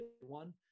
one